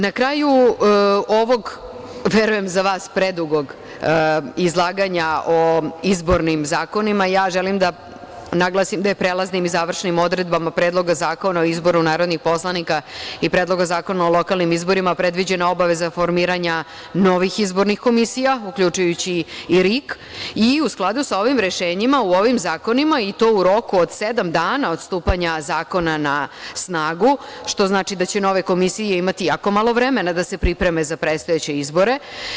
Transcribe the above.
Na kraju ovog, verujem za vas, predugog izlaganja o izbornim zakonima, želim da naglasim da je prelaznim i završim odredbama Predloga zakona o izboru narodnih poslanika i Predloga zakona o lokalnim izborima predviđena obaveza formiranja novih izbornih komisija uključujući i RIK i u skladu sa ovim rešenjima u ovim zakonima i to u roku od sedam dana od stupanja zakona na snagu, što znači da će nove komisije imati jako malo vremena da se pripreme za predstojeće izbore.